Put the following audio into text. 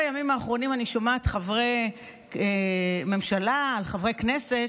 בימים האחרונים אני שומעת חברי ממשלה וחברי כנסת